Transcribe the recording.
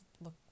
look